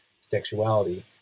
sexuality